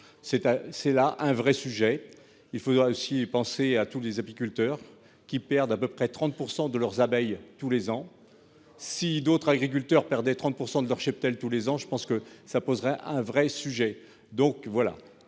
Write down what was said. C'est un vrai sujet. Il faut aussi penser à tous les apiculteurs qui perdent à peu près 30 % de leurs abeilles tous les ans. Si d'autres agriculteurs perdaient 30 % de leur cheptel tous les ans, il est évident que cela deviendrait un sujet